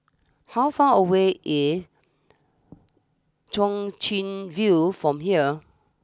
how far away is Chwee Chian view from here